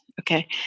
Okay